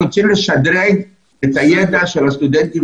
אנחנו רוצים לשדרג את הידע של הסטודנטים